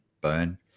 burn